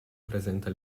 presenta